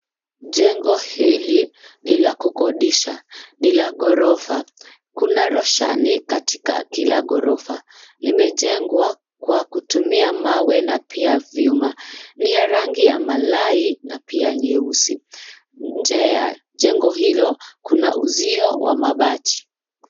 Jengo hili ni la kukodisha. Ni la ghorofa. Kuna roshani katika kila ghorofa. Limejengwa kwa kutumia mawe na pia vyuma. Ni ya rangi ya malai na pia nyeusi. Nje ya jengo hilo kuna uzio wa mabati.